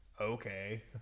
okay